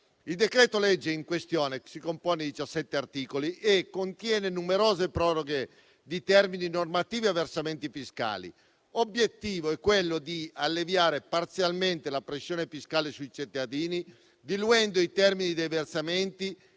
Il decreto-legge in questione si compone di 17 articoli e contiene numerose proroghe di termini normativi e versamenti fiscali. L’obiettivo è quello di alleviare parzialmente la pressione fiscale sui cittadini, diluendo i termini dei versamenti